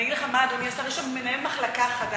אני אגיד לך מה, אדוני השר, יש שם מנהל מחלקה חדש,